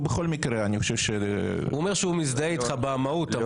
ובכל מקרה אני חושב -- הוא אומר שהוא מזדהה איתך במהות,